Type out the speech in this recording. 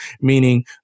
meaning